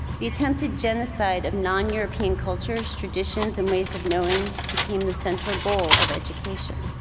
the attempted genocide of non-european cultures, traditions and ways of knowing became the central goal of education.